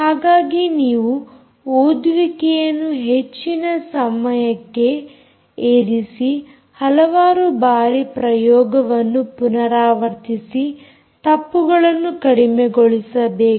ಹಾಗಾಗಿ ನೀವು ಓದುವಿಕೆಯನ್ನು ಹೆಚ್ಚಿನ ಸಮಯಕ್ಕೆ ಏರಿಸಿ ಹಲವಾರು ಬಾರಿ ಪ್ರಯೋಗವನ್ನು ಪುನರಾವರ್ತಿಸಿ ತಪ್ಪುಗಳನ್ನು ಕಡಿಮೆಗೊಳಿಸಬೇಕು